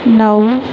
नऊ